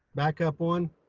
back up one.